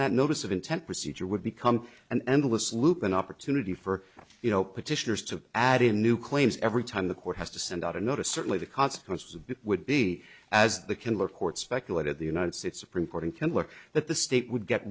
that notice of intent procedure would become an endless loop an opportunity for you know petitioners to add in new claims every time the court has to send out a notice certainly the consequences of would be as the can record speculate at the united states supreme court and can work that the state would get